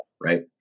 right